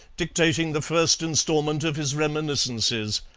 dictating the first instalment of his reminiscences.